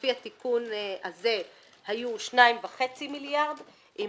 ולפי התיקון הזה היו שניים וחצי מיליארד עם